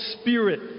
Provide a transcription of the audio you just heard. spirit